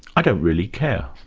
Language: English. i don't really care.